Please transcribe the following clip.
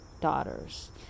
daughters